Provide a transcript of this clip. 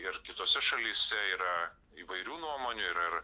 ir kitose šalyse yra įvairių nuomonių yra ir